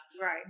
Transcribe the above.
Right